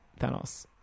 Thanos